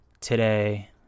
today